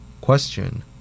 Question